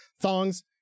thongs